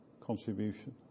contribution